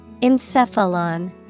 Encephalon